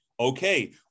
okay